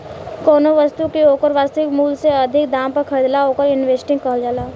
कौनो बस्तु के ओकर वास्तविक मूल से अधिक दाम पर खरीदला ओवर इन्वेस्टिंग कहल जाला